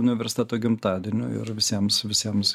universiteto gimtadieniu ir visiems visiems